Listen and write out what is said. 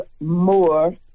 more